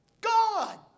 God